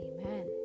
Amen